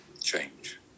change